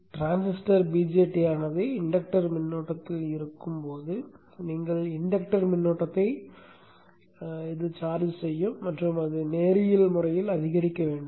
transistor BJT ஆனது inductor மின்னோட்டத்தில் இருக்கும் போது நீங்கள் இன்டக்டர் மின்னோட்டத்தை சார்ஜ் செய்யும் அது நேரியல் முறையில் அதிகரிக்க வேண்டும்